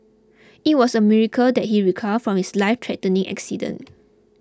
it was a miracle that he recovered from his lifethreatening accident